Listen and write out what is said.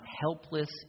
helpless